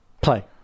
play